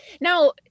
now